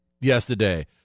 yesterday